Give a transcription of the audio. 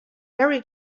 mary